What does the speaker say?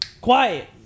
quiet